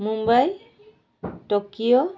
Mumbai Tokyo